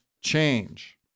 change